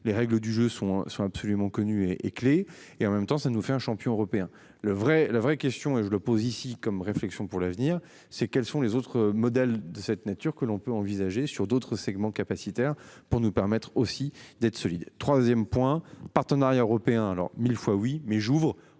les règles du jeu sont sont absolument connue et et clés et en même temps ça nous fait un champion européen le vrai. La vraie question et je le pose ici comme réflexion pour l'avenir, c'est quels sont les autres modèles de cette nature que l'on peut envisager sur d'autres segments capacitaire pour nous permettre aussi d'être solide 3ème point partenariat européen alors 1000 fois oui mais j'ouvre.